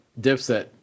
Dipset